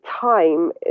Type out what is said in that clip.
time